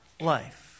life